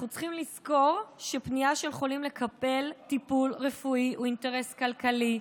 אנחנו צריכים לזכור שפנייה של חולים לקבל טיפול רפואי הוא אינטרס כלכלי,